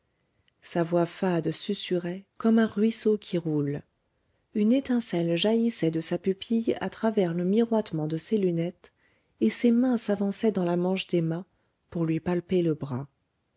sa voix fade susurrait comme un ruisseau qui coule une étincelle jaillissait de sa pupille à travers le miroitement de ses lunettes et ses mains s'avançaient dans la manche d'emma pour lui palper le bras